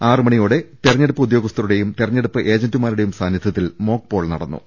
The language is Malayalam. ആറ് മണിയോടെ തിര ഞ്ഞെടുപ്പ് ഉദ്യോഗസ്ഥരുടെയും തിരഞ്ഞെടുപ്പ് ഏജന്റുമാരുടെയും സാന്നിധൃത്തിൽ മോക് പ്പോൾ നടന്നു